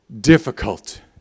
difficult